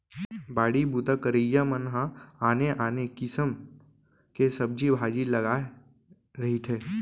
बाड़ी बूता करइया मन ह आने आने किसम के सब्जी भाजी लगाए रहिथे